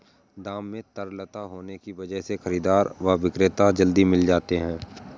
दाम में तरलता होने की वजह से खरीददार व विक्रेता जल्दी से मिल जाते है